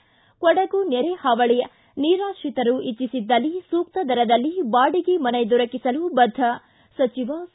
ಿ ಕೊಡಗು ನೆರೆಹಾವಳ ನಿರಾತ್ರಿತರು ಇಚ್ಚಿಸಿದ್ದಲ್ಲಿ ಸೂಕ್ತ ದರದಲ್ಲಿ ಬಾಡಿಗೆ ಮನೆ ದೊರಕಿಸಲು ಬದ್ದ ಸಚಿವ ಸಾ